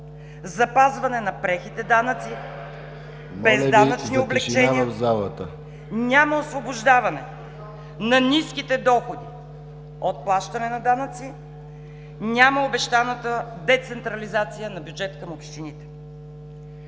залата! КОРНЕЛИЯ НИНОВА: Без данъчни облекчения, няма освобождаване на ниските доходи от плащане на данъци, няма обещаната децентрализация на бюджетите към общините.